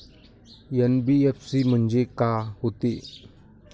NBFC म्हणजे का होते?